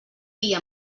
dir